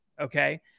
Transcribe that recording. okay